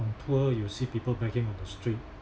poor you see people begging on the street